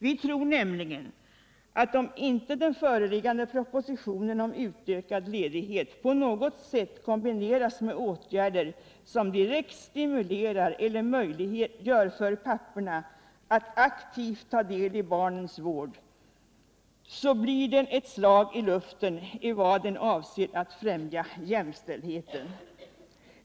Vi tror nämligen att om inte den föreliggande propositionen om utökad ledighet på något sätt kombineras med åtgärder som direkt stimulerar eller möjliggör för papporna att aktivt tå deli barnens vård, blir den ett slag i luften när det gäller att främja jämställdheten.